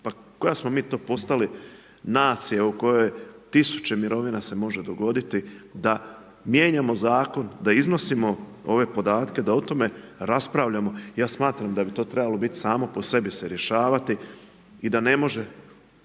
Pa koja smo mi to postali nacija u kojoj tisuće mirovina se može dogoditi da mijenjamo Zakon da iznosimo ove podatke, da o tome raspravljamo. Ja smatram da bi to trebalo biti samo po sebi se rješavati i da ne može